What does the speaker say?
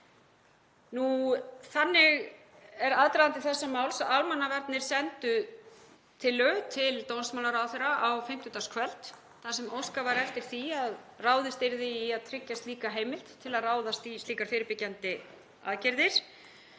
Þannig er aðdragandi þessa máls að almannavarnir sendu tillögu til dómsmálaráðherra á fimmtudagskvöld þar sem óskað var eftir því að ráðist yrði í að tryggja slíka heimild til að ráðast í slíkar fyrirbyggjandi aðgerðir.